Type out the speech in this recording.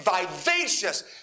vivacious